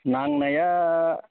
नांनाया